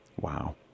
Wow